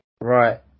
Right